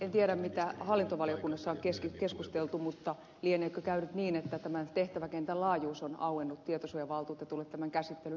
en tiedä mitä hallintovaliokunnassa on keskusteltu mutta lieneekö käynyt niin että tämän tehtäväkentän laajuus on auennut tietosuojavaltuutetulle tämän käsittelyn etenemisen yhteydessä